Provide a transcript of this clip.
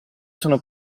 sono